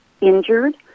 injured